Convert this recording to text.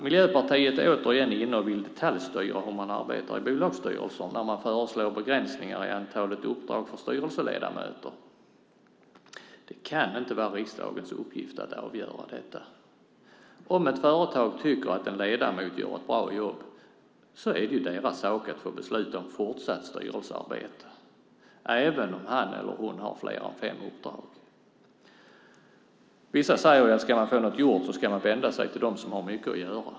Miljöpartiet är återigen inne och vill detaljstyra hur man arbetar i bolagsstyrelser när man föreslår begränsningar i antal uppdrag för styrelseledamöter. Det kan inte vara riksdagens uppgift att avgöra detta. Om ett företag tycker att en ledamot gör ett bra jobb är det deras sak att få besluta om fortsatt styrelsearbete även om han eller hon har fler än fem uppdrag. Vissa säger ju att man om man ska få något gjort ska vända sig till dem som har mycket att göra.